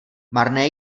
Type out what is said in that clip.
marné